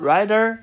Rider